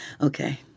Okay